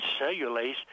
cellulase